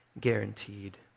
guaranteed